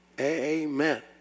Amen